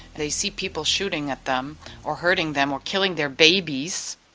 they see people shooting at them or hurting them or killing their babies,